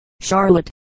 Charlotte